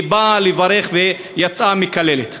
היא באה לברך ויצאה מקללת.